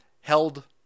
held